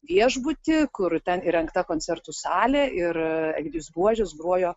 viešbutį kur ten įrengta koncertų salė ir egidijus buožis grojo